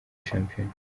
shampiyona